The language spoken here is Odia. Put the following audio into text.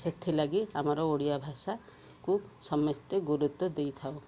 ସେଥିଲାଗି ଆମର ଓଡ଼ିଆ ଭାଷାକୁ ସମସ୍ତେ ଗୁରୁତ୍ୱ ଦେଇଥାଉ